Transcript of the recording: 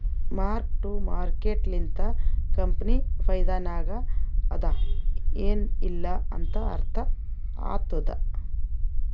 mark to market ಲಿಂತ company ಫೈದಾನಾಗ್ ಅದಾ ಎನ್ ಇಲ್ಲಾ ಅಂತ ಅರ್ಥ ಆತ್ತುದ್